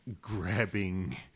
grabbing